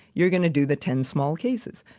you're going to do the ten small cases.